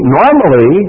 normally